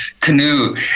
canoe